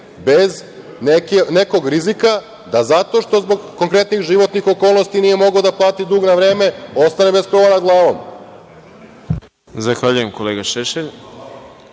bez nekog rizika da zato što zbog konkretnih životnih okolnosti nije mogao da plati dug na vreme, ostane bez krova nad glavom. **Đorđe Milićević**